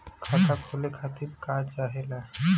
खाता खोले खातीर का चाहे ला?